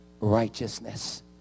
righteousness